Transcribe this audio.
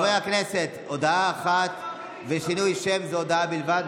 חברי הכנסת, הודעה אחת ושינוי שם, זו הודעה בלבד.